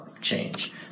change